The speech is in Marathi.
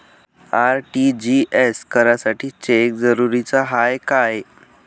आर.टी.जी.एस करासाठी चेक जरुरीचा हाय काय?